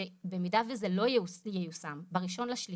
שבמידה וזה לא ייושם ב-1.3